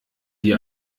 die